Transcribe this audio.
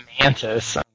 Mantis